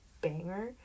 banger